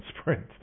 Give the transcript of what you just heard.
sprint